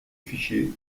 fichier